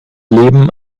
leben